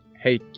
hey